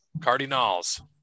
Cardinals